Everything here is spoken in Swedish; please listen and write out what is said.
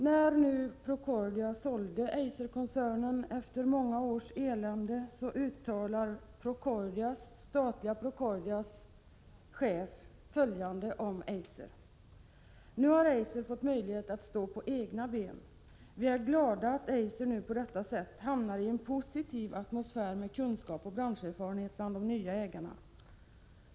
När Procordia sålde Eiserkoncernen efter många års elände uttalar statliga Procordias chef följande om Eiser: Nu har Eiser fått möjlighet att stå på egna ben. Vi är glada att Eiser nu på detta sätt hamnar i en positiv atmosfär med kunskap och branscherfarenhet bland de nya ägarna.